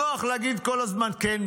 נוח להגיד כל הזמן: כן,